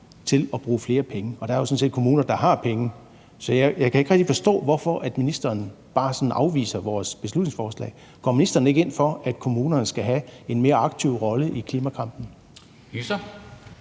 til at bruge flere penge. Og der er sådan set kommuner, der har penge, så jeg kan ikke rigtig forstå, hvorfor ministeren bare sådan afviser vores beslutningsforslag. Går ministeren ikke ind for, at kommunerne skal have en mere aktiv rolle i klimakampen?